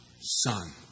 son